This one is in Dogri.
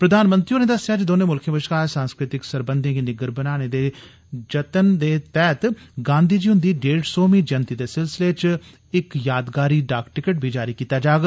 प्रधानमंत्री होरें दस्सेआ जे दौनें मुल्खें बश्कार सांस्कृतिक सरबंधें गी निग्गर बनाने दे जतनें दे तैहत गांधी जी हुंदी डेढ़ सौ मीं जयंति दे सिलसिले च इक यादगारी डाक टिकट बी जारी कीती जाग